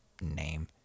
name